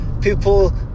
people